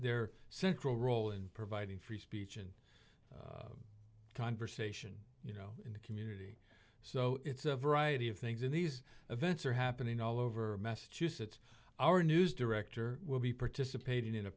their central role in providing free speech and conversation you know in the community so it's a variety of things in these events are happening all over message that our news director will be participating in a